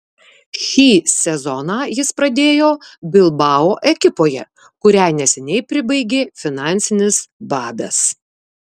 šį sezoną jis pradėjo bilbao ekipoje kurią neseniai pribaigė finansinis badas